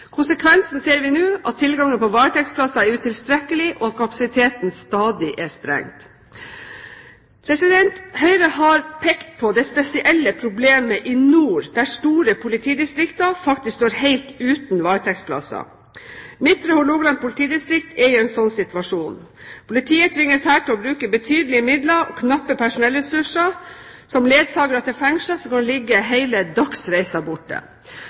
Konsekvensen ser vi nå ved at tilgangen på varetektsplasser er utilstrekkelig, og at kapasiteten stadig er sprengt. Høyre har pekt på det spesielle problemet i nord, der store politidistrikter faktisk står helt uten varetektsplasser. Midtre Hålogaland politidistrikt er i en slik situasjon. Politiet tvinges her til å bruke betydelige midler og knappe personellressurser som ledsagere til fengsler som kan ligge